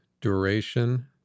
duration